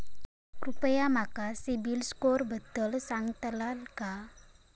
कृपया माका सिबिल स्कोअरबद्दल सांगताल का?